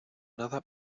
nada